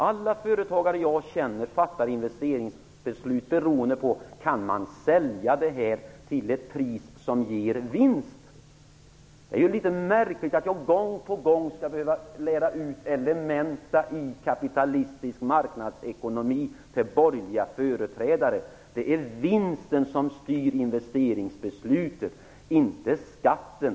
Alla företagare jag känner fattar investeringsbeslut beroende på om det som produceras kan säljas till ett pris som ger vinst. Det är litet märkligt att jag gång på gång skall behöva lära ut elementa i kapitalistisk marknadsekonomi till borgerliga företrädare. Det är vinsten som styr investeringsbesluten, inte skatten.